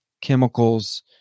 chemicals